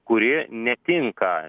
kuri netinka